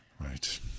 Right